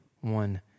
one